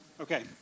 Okay